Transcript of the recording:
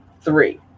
three